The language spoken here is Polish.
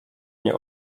nie